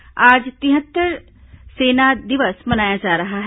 सेना दिवस आज तिहत्तर सेना दिवस मनाया जा रहा है